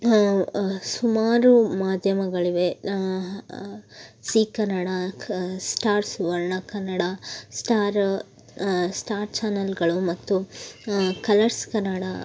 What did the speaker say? ಸುಮಾರು ಮಾಧ್ಯಮಗಳಿವೆ ಸೀ ಕನ್ನಡ ಕ Star Suvarna Kannada Star Star ಚಾನಲ್ಗಳು ಮತ್ತು ಕಲರ್ಸ್ ಕನ್ನಡ